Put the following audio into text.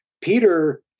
Peter